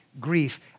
grief